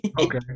Okay